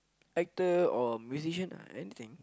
actor or musician ah anything